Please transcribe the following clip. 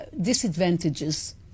disadvantages